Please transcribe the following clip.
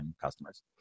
customers